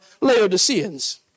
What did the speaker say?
Laodiceans